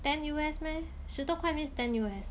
ten U_S meh 十多块 means ten U_S